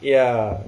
ya